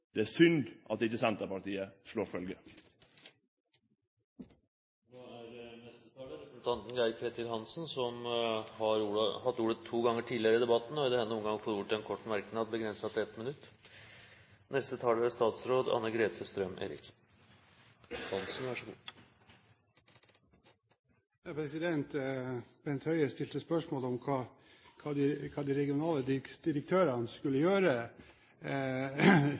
Det er synd at ikkje Senterpartiet slår følgje. Geir-Ketil Hansen har hatt ordet to ganger tidligere og får ordet til en kort merknad, begrenset til 1 minutt. Bent Høie stilte spørsmål om hva de regionale direktørene skulle gjøre,